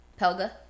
Pelga